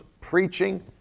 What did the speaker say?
preaching